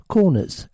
Corners